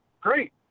great